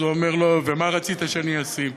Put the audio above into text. הוא אמר לו: ומה רצית שאני אשים?